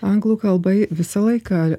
anglų kalba visą laiką